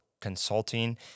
consulting